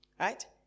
right